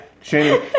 Shane